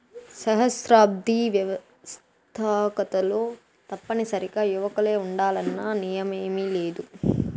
సహస్రాబ్ది వ్యవస్తాకతలో తప్పనిసరిగా యువకులే ఉండాలన్న నియమేమీలేదు